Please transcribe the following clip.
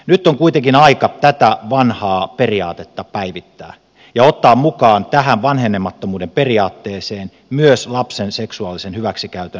nyt on kuitenkin aika tätä vanhaa periaatetta päivittää ja ottaa mukaan tähän vanhenemattomuuden periaatteeseen myös lapsen seksuaalisen hyväksikäytön vastenmielinen rikos